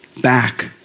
back